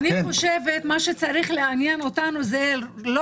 אני חושבת שמה שצריך לעניין אותנו זה לא